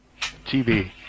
TV